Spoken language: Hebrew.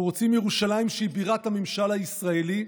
אנחנו רוצים ירושלים שהיא בירת הממשל הישראלי,